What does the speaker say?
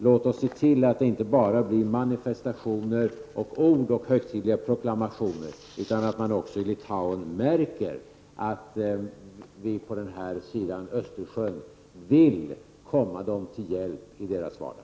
Låt oss se till att det inte bara blir manifestationer, ord och högtidliga proklamationer utan att man i Litauen också märker att vi på denna sida om Östersjön vill komma Litauen till hjälp i vardagen.